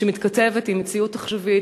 שמתכתבת עם מציאות עכשווית,